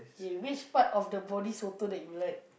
okay which part of the body sotong that you like